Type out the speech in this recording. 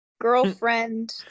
girlfriend